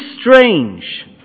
strange